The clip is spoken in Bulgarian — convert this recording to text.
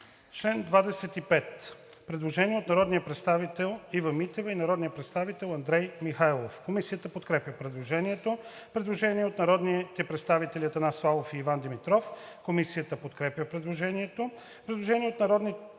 чл. 25 има предложение от народните представители Ива Митева и Андрей Михайлов. Комисията подкрепя предложението. Предложение от народните представители Атанас Славов и Иван Димитров. Комисията подкрепя предложението. Предложение от народния